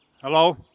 Hello